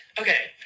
okay